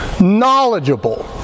knowledgeable